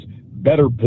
better